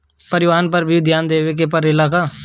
परिवारन पर भी ध्यान देवे के परेला का?